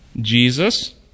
Jesus